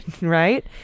Right